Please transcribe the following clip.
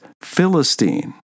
Philistine